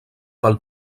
pel